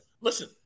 listen